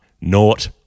naught